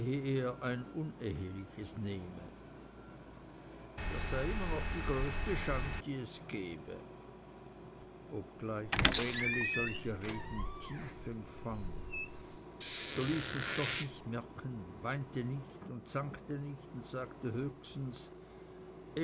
ein unehliches nehme das sei immer noch die größte schand die es gebe obgleich vreneli solche reden tief empfand so ließ es es doch nicht merken weinte nicht und zankte nicht sagte höchstens